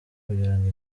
kugirango